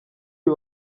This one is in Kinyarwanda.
uyu